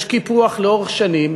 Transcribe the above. יש קיפוח לאורך שנים.